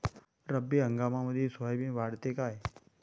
रब्बी हंगामामंदी सोयाबीन वाढते काय?